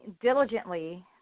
diligently